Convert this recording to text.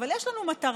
אבל יש לנו מטרה.